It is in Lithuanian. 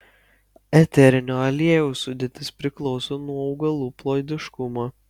eterinio aliejaus sudėtis priklauso nuo augalų ploidiškumo